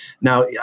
Now